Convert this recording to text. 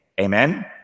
Amen